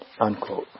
Unquote